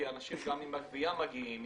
כי אנשים גם עם הגבייה מגיעים,